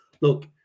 look